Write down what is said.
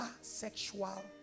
sexual